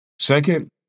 Second